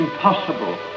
Impossible